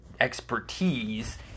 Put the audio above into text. expertise